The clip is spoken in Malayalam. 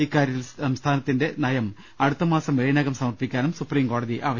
ഇക്കാരൃത്തിൽ സംസ്ഥാന ത്തിന്റെ നയം അടുത്തമാസം ഏഴിനകം സമർപ്പിക്കാനും സുപ്രീം കോടതി ആവശ്യപ്പെട്ടു